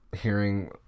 hearing